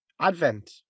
advent